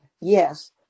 yes